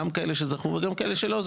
גם כאלה שזכו וגם כאלה שלא,